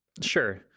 Sure